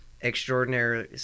extraordinary